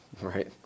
Right